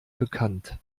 bekannt